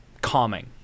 calming